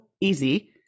easy